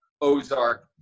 Ozark